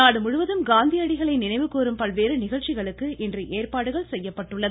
நாடு முழுவதும் காந்தியடிகளை நினைவு கூறும் பல்வேறு நிகழ்ச்சிகளுக்கு இன்று ஏற்பாடுகள் செய்யப்பட்டுள்ளது